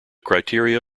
criteria